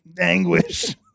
anguish